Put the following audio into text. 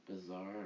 bizarre